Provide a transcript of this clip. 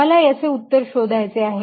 मला याचे उत्तर शोधायचे आहे